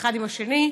אחד עם השני.